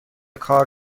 کار